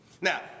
Now